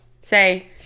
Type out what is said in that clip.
Say